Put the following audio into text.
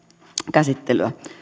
käsittelyä